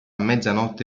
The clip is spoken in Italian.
mezzanotte